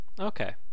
Okay